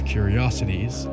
Curiosities